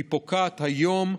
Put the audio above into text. והיא פוקעת היום,